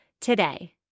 today